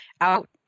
out